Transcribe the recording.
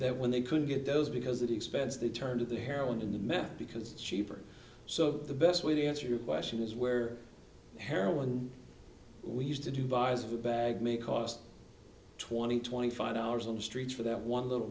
that when they couldn't get those because it expends they turn to the heroin in the meth because it's cheaper so the best way to answer your question is where heroin we used to do buys a bag may cost twenty twenty five dollars on the street for that one little